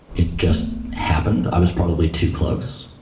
it just happened. i was probably too close.